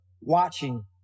watching